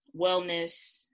wellness